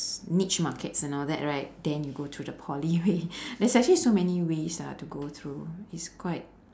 niche markets and all that right then you go to the poly way there's actually so many ways lah to go through it's quite